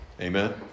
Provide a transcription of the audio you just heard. Amen